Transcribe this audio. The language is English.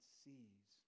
sees